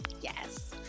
Yes